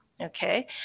Okay